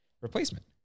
replacement